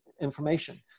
information